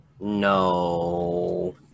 No